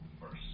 first